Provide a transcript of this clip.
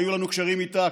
שהיו לנו קשרים איתה,